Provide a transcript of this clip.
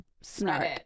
snark